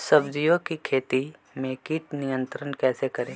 सब्जियों की खेती में कीट नियंत्रण कैसे करें?